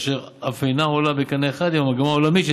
אשר אף אינה עולה בקנה אחד עם המגמה העולמית של